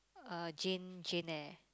uh Jane Jane-Eyre